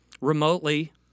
remotely